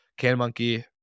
CanMonkey